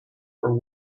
for